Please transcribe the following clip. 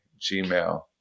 Gmail